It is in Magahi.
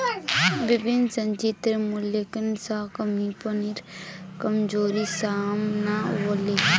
विभिन्न संचितेर मूल्यांकन स कम्पनीर कमजोरी साम न व ले